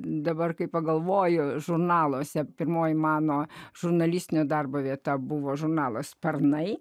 dabar kai pagalvoju žurnaluose pirmoji mano žurnalistinio darbo vieta buvo žurnalas sparnai